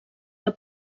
del